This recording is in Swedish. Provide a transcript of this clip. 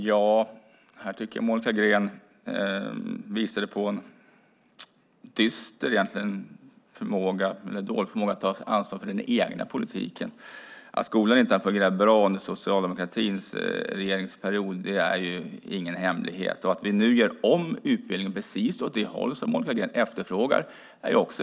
Herr talman! Monica Green visar dålig förmåga att ta ansvar för den egna politiken. Att skolan inte har fungerat bra under socialdemokratins regeringsperiod är ingen hemlighet. Att vi nu gör om utbildningen åt det håll som Monica Green efterfrågar är uppenbart.